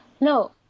No